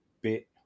bit